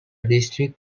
district